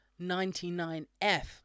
99F